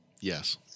Yes